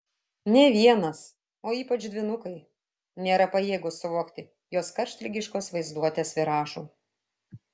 nė vienas o ypač dvynukai nėra pajėgūs suvokti jos karštligiškos vaizduotės viražų